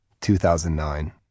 2009